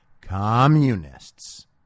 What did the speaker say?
Communists